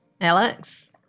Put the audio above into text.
Alex